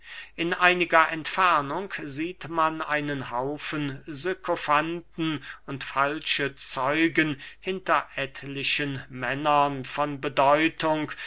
in einiger entfernung sieht man einen haufen sykofanten und falsche zeugen hinter etlichen männern von bedeutung